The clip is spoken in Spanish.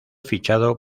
fichado